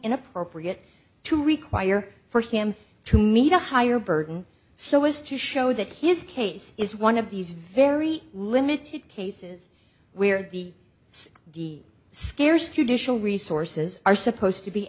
inappropriate to require for him to meet a higher burden so as to show that his case is one of these very limited cases where the c d scarce judicial resources are supposed to be